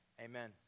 Amen